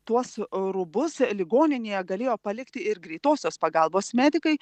tuos rūbus ligoninėje galėjo palikti ir greitosios pagalbos medikai